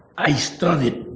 i i studied